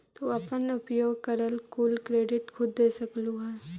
तू अपन उपयोग करल कुल क्रेडिट खुद देख सकलू हे